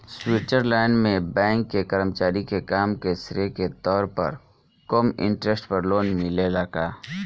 Switzerland में bank के कर्मचारी के काम के श्रेय के तौर पर कम इंटरेस्ट पर लोन मिलेला का?